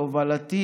בהובלתי,